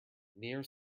near